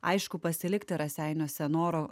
aišku pasilikti raseiniuose noro